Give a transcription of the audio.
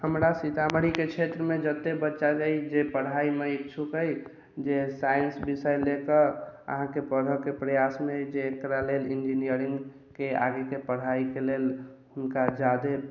हमरा सीतामढ़ी के क्षेत्र मे जते बच्चा अछि जे पढ़ाइ मे ईच्छुक अछि जे साइंस विषय लेकऽ अहाँके पढ़ए के प्रयास मे जेकरा लेल इंजीनियरिंगके आगे के पढ़ाइ के लेल हुनका जादे